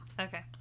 Okay